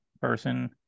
person